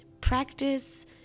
Practice